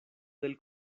del